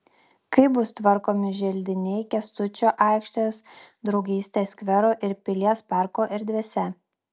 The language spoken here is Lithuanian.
kaip bus tvarkomi želdiniai kęstučio aikštės draugystės skvero ir pilies parko erdvėse